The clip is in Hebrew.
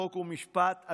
חוק ומשפט,